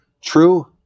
True